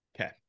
Okay